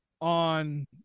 on